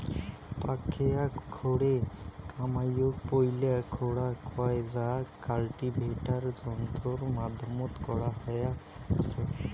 পাকখেয়া খোরে কামাইয়ক পৈলা খোরা কয় যা কাল্টিভেটার যন্ত্রর মাধ্যমত করা হয়া আচে